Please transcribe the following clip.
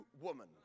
woman